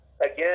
again